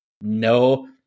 no